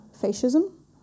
fascism